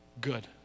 good